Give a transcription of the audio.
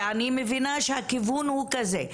ואני מבינה שהכיוון הוא כזה.